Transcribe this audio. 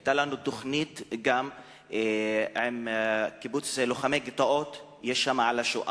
היתה לנו תוכנית גם עם קיבוץ לוחמי-הגטאות על השואה.